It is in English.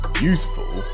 Useful